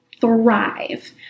thrive